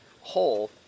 hole